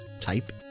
Type